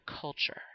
culture